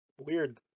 weird